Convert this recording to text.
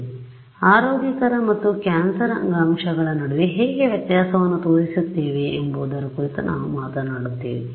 ಆದ್ದರಿಂದ ಆರೋಗ್ಯಕರ ಮತ್ತು ಕ್ಯಾನ್ಸರ್ ಅಂಗಾಂಶಗಳ ನಡುವೆ ಹೇಗೆ ವ್ಯತ್ಯಾಸವನ್ನು ತೋರಿಸುತ್ತೇವೆ ಎಂಬುದರ ಕುರಿತು ನಾವು ಮಾತನಾಡುತ್ತೇವೆ